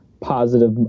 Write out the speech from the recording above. positive